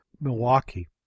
milwaukee